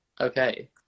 okay